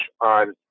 on